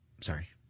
Sorry